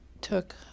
took